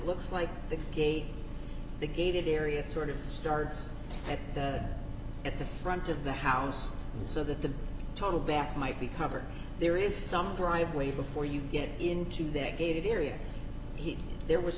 looks like they gave the gated area sort of starts at the at the front of the house so that the total back might be covered there is some driveway before you get into that gated area he there was